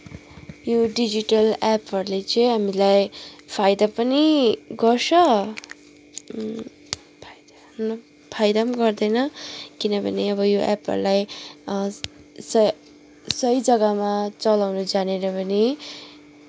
यो डिजिटल एपहरूले चाहिँ हामीलाई फाइदा पनि गर्छ फाइदा पनि गर्दैन किनभने अब यो एपहरूलाई स सही जग्गामा चलाउन जानेन भने